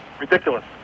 Ridiculous